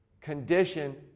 condition